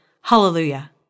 Hallelujah